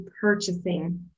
purchasing